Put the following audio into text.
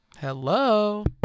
hello